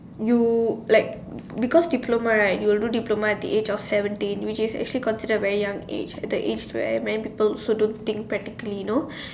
you like because diploma right you will do diploma at the age of seventeen which is actually considered a very young age the age where also many people don't think practically you know